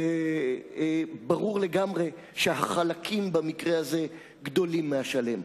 ברור לגמרי שהחלקים במקרה הזה גדולים מהשלם.